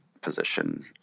position